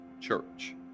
church